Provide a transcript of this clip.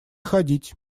ходить